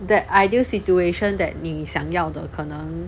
that ideal situation that 你想要的可能